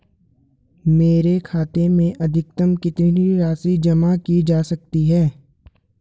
मेरे खाते में अधिकतम कितनी राशि जमा की जा सकती है?